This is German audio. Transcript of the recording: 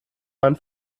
man